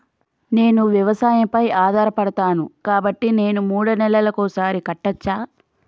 నేను వ్యవసాయం పై ఆధారపడతాను కాబట్టి నేను మూడు నెలలకు ఒక్కసారి కట్టచ్చా?